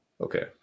okay